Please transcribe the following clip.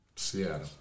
Seattle